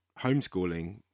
homeschooling